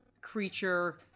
creature